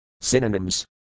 Synonyms